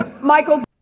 Michael